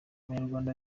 abanyarwanda